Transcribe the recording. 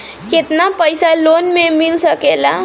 केतना पाइसा लोन में मिल सकेला?